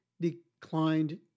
declined